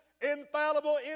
infallible